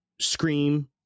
scream